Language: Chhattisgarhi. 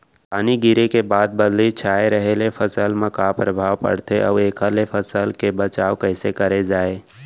पानी गिरे के बाद बदली छाये रहे ले फसल मा का प्रभाव पड़थे अऊ एखर ले फसल के बचाव कइसे करे जाये?